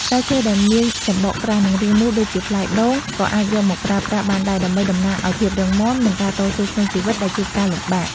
ផ្លែឈើដែលមានសម្បកក្រាស់និងរាងមូលដូចជាផ្លែដូងក៏អាចយកមកប្រើប្រាស់បានដែរដើម្បីតំណាងឱ្យភាពរឹងមាំ និង ការតស៊ូក្នុងជីវិតដែលជួបការលំបាក។